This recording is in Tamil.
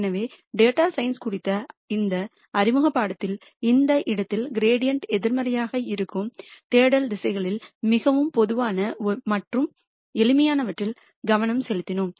எனவே டேட்டா சயின்ஸ் குறித்த இந்த அறிமுக பாடத்திட்டத்தில் அந்த இடத்தில் கிரீடியண்ட்எதிர்மறையாக இருக்கும் தேடல் திசைகளில் மிகவும் பொதுவான மற்றும் எளிமையானவற்றில் கவனம் செலுத்தினோம்